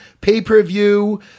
pay-per-view